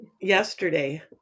yesterday